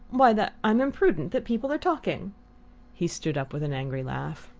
why, that i'm imprudent that people are talking he stood up with an angry laugh.